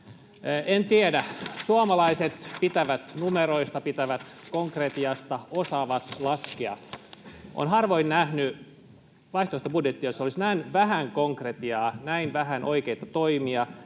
En tiedä. Suomalaiset pitävät numeroista, pitävät konkretiasta, osaavat laskea. Olen harvoin nähnyt vaihtoehtobudjettia, jossa olisi näin vähän konkretiaa, näin vähän oikeita toimia,